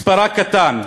מספרה בניה קטן,